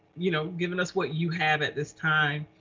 you know, giving us what you have at this time.